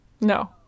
no